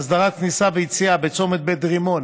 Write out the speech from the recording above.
הסדרת כניסה ויציאה בצומת בית רימון